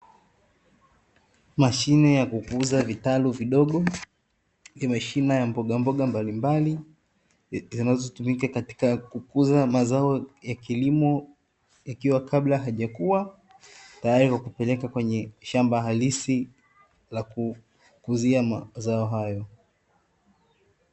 Mashine ya kukuza vitalu vidogo ni mashine ya mbogamboga mbalimbali, zinazotumika katika kukuza mazao ya kilimo, yakiwa kabla hayajakuwa, tayari kwa kupeleka kwenye shamba halisi la kukuzia mazao haya.